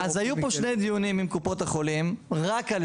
היו פה שני דיונים עם קופות החולים רק על